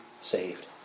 saved